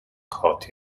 caught